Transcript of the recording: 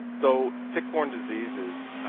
so tick-borne diseases,